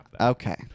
Okay